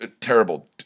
Terrible